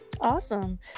Awesome